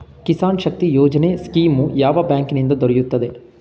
Kisan Shakti Yojana scheme ಯಾವ ಬ್ಯಾಂಕಿನಿಂದ ದೊರೆಯುತ್ತದೆ?